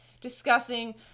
discussing